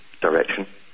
direction